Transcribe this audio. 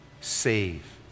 Save